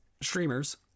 streamers